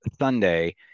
Sunday